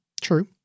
True